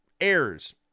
errors